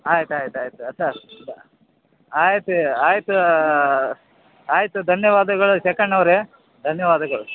ಆಯ್ತು ಆಯ್ತು ಆಯ್ತು ಆಯ್ತು ಸ್ ಬ ಆಯಿತಿ ಆಯಿತಾ ಆಯಿತು ಧನ್ಯವಾದಗಳು ಶೆಕಣ್ಣವರೆ ಧನ್ಯವಾದಗಳು